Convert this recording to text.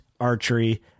Archery